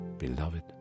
Beloved